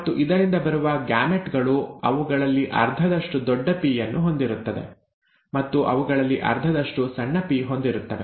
ಮತ್ತು ಇದರಿಂದ ಬರುವ ಗ್ಯಾಮೆಟ್ ಗಳು ಅವುಗಳಲ್ಲಿ ಅರ್ಧದಷ್ಟು ದೊಡ್ಡ ಪಿ ಯನ್ನು ಹೊಂದಿರುತ್ತದೆ ಮತ್ತು ಅವುಗಳಲ್ಲಿ ಅರ್ಧದಷ್ಟು ಸಣ್ಣ ಪಿ ಹೊಂದಿರುತ್ತವೆ